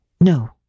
No